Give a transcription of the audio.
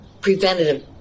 preventative